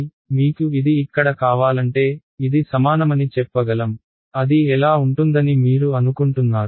కాబట్టి మీకు ఇది ఇక్కడ కావాలంటే ఇది సమానమని చెప్పగలం అది ఎలా ఉంటుందని మీరు అనుకుంటున్నారు